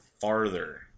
farther